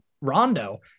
Rondo